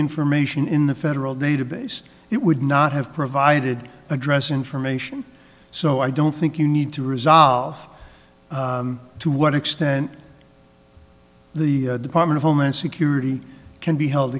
information in the federal database it would not have provided address information so i don't think you need to resolve to what extent the department of homeland security can be held